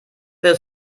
wird